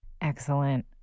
Excellent